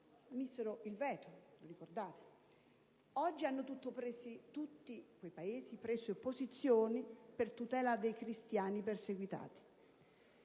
Paesi hanno preso posizione per la tutela dei cristiani perseguitati.